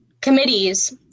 committees